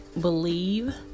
believe